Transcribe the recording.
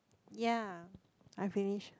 yea I finish